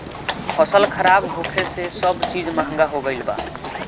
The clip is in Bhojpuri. फसल खराब होखे से सब चीज महंगा हो गईल बा